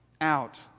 out